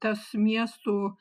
tas miestų